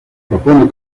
propone